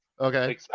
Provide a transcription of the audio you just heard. Okay